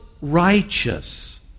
righteous